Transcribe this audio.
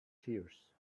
tears